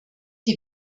die